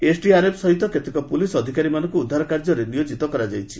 SDRF ସହିତ କେତେକ police ଅଧିକାରୀମାନଙ୍କୁ ମଧ୍ୟ ଉଦ୍ଧାର କାର୍ଯ୍ୟରେ ନିୟୋଜିତ କରାଯାଇଛି